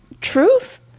truth